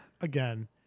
again